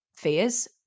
fears